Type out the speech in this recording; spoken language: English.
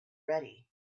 ready